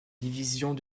divisions